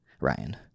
ryan